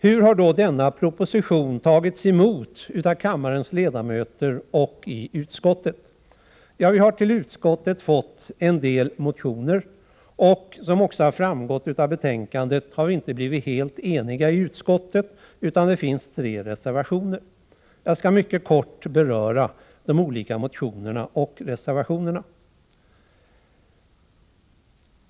Hur har då denna proposition tagits emot av kammarens ledamöter och i utskottet? Ja, vi har till utskottet fått en del motioner. Som framgår av betänkandet har vi inte blivit helt eniga i utskottet, utan det finns tre reservationer. Jag skall mycket kort beröra de olika motionerna och reservationerna.